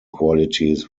qualities